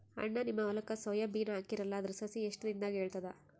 ಅಣ್ಣಾ, ನಿಮ್ಮ ಹೊಲಕ್ಕ ಸೋಯ ಬೀನ ಹಾಕೀರಲಾ, ಅದರ ಸಸಿ ಎಷ್ಟ ದಿಂದಾಗ ಏಳತದ?